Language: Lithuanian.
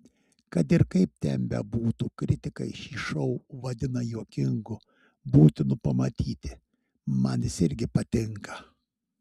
kad ir kaip ten bebūtų kritikai šį šou vadina juokingu būtinu pamatyti man jis irgi patinka